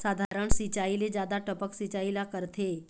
साधारण सिचायी ले जादा टपक सिचायी ला करथे